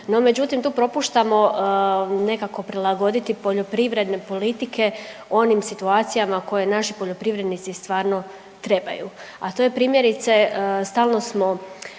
No međutim, tu propuštamo nekako prilagoditi poljoprivredne politike onim situacijama koje naši poljoprivrednici stvarno trebaju, a to je primjerice stalno smo